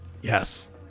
Yes